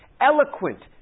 eloquent